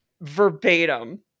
verbatim